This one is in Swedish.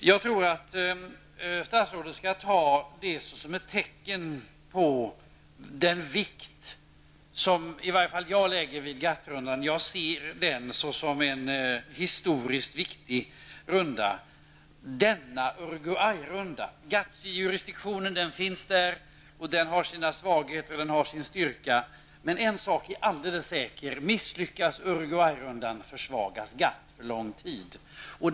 Herr talman! Jag tror att statsrådet skall uppfatta detta som ett tecken på den vikt som i varje fall jag fäster vid GATT-rundan. Jag ser denna Uruguayrunda som en historiskt viktig runda. Vi har ju GATTs jurisdiktion. Den har sina svagheter men också en styrka. En sak är dock alldeles säker: Om Uruguay-rundan misslyckas kommer GATT att vara försvagat under lång tid.